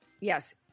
Yes